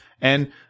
and-